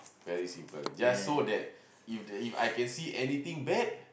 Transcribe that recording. very simple just so that if the I can see anything bad